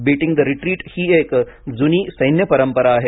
beating the retreat ही एक जुनी सैन्य परंपरा आहे